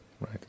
right